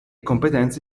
competenze